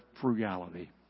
frugality